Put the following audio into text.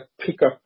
pickup